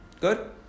Good